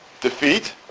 Defeat